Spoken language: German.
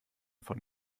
von